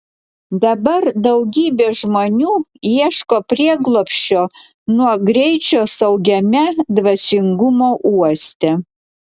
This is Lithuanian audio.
dabar daugybė žmonių ieško prieglobsčio nuo greičio saugiame dvasingumo uoste